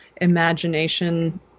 imagination